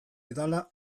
didala